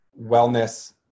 wellness